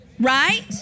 Right